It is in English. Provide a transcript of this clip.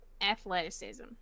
athleticism